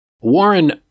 Warren